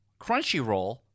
Crunchyroll